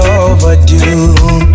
overdue